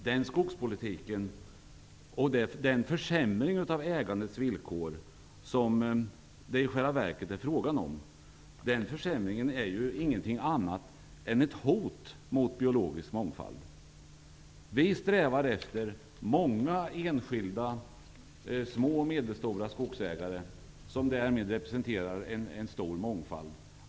Den skogspolitiken och den försämring av ägandets villkor som det i själva verket är frågan om är inget annat än ett hot mot biologisk mångfald. Vi moderater strävar efter att det skall finnas många enskilda små och medelstora skogsägare som representerar en stor mångfald.